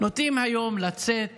נוטים היום לצאת